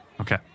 Okay